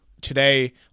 today